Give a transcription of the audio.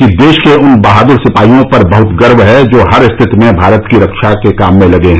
कि देश को उन बहादुर सिपाहियों पर बहुत गर्व है जो हर रिथति में भारत की रक्षा के काम में लगे हैं